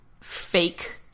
fake